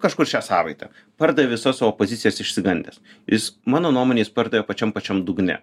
kažkur šią savaitę pardavė visas savo pozicijas išsigandęs jis mano nuomone jis pardavė pačiam pačiam dugne